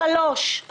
שלישית